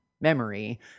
memory